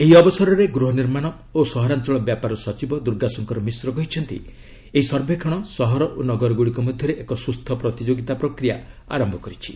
ଏହି ଅବସରରେ ଗୃହ ନିର୍ମାଣ ଓ ସହରାଞ୍ଚଳ ବ୍ୟାପାର ସଚିବ ଦୂର୍ଗାଶଙ୍କର ମିଶ୍ର କହିଛନ୍ତି ଏହି ସର୍ବେକ୍ଷଣ ସହର ଓ ନଗରଗୁଡ଼ିକ ମଧ୍ୟରେ ଏକ ସୁସ୍ଥ ପ୍ରତିଯୋଗିତା ପ୍ରକ୍ରିୟା ଆରମ୍ଭ କରିଛି